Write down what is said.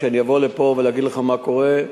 לבוא לפה ולהגיד לך מה קורה,